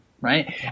right